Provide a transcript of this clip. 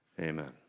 amen